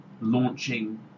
launching